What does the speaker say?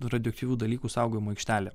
radioaktyvių dalykų saugojimo aikštelė